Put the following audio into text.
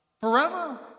forever